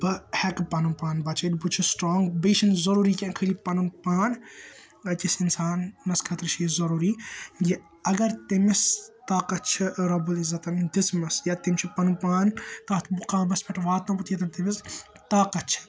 بہٕ ہیٚکہٕ پَنُن پان بَچٲوِتھ بہٕ چھُس سِٹرانٛگ بیٚیہ چھُنہٕ ضروٗٛری کیٚنٛہہ خٲلی پَنُن پان أکِس اِنسانَس خٲطرٕ چھُ یہِ ضروٗری یہِ اَگَر تٔمِس طاقَتھ چھُ رَبُل عزَتَن دِژمٕژ یا تٔمِس چھُ پَنُن پان تَتھ مُقامَس پیٚٹھ واتنومُت ییٚتَن تٔمِس طاقَتھ چھُ